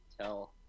tell